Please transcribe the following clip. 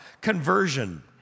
conversion